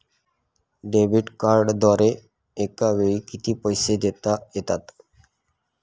Debit कार्डद्वारे एकावेळी किती पैसे देता येतात?